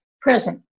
present